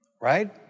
right